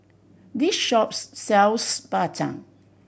this shop sells Bak Chang